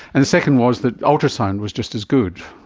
and the second was that ultrasound was just as good,